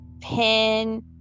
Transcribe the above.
pin